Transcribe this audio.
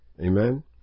Amen